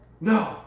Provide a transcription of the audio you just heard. no